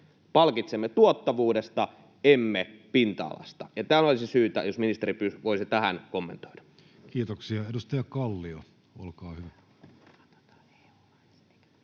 palkitsemme tuottavuudesta emme pinta-alasta? Ja tällä olisi syytä, jos ministeri voisi tähän kommentoida. Kiitoksia. — Edustaja Kallio, olkaa hyvä.